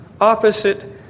opposite